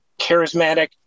charismatic